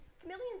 chameleons